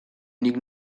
nik